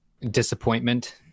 Disappointment